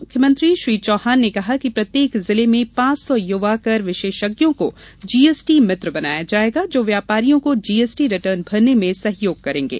मुख्यमंत्री श्री चौहान ने कहा कि प्रत्येक जिले में पाँच सौ युवा कर विशेषज्ञों को जीएसटी मित्र बनाया जायेगा जो व्यापारियों को जीएसटी रिटर्न भरने में सहयोग करेंगे